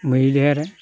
मैदेर